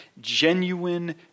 genuine